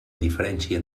diferència